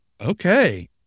Okay